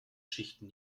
schichten